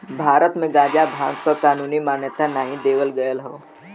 भारत में गांजा भांग क कानूनी मान्यता नाही देवल गयल हौ